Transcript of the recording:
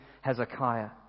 Hezekiah